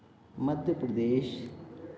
Madhya Pradesh